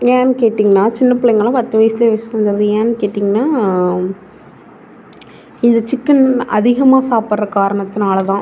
ஏன் கேட்டிங்கன்னா சின்னப் பிள்ளைங்கள்லாம் பத்து வயசுலேயே வயதுக்கு வந்துடுது ஏன் கேட்டிங்கன்னா இது சிக்கன் அதிகமாக சாப்பிட்ற காரணத்தினால தான்